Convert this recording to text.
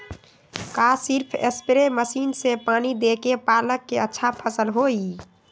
का सिर्फ spray machine से पानी देके पालक के अच्छा फसल होई?